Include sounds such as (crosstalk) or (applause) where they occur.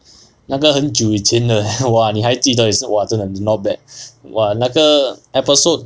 那个很久以前的 (breath) !wah! 你还记得也是 !wah! 真的 not bad !wah! 那个 episode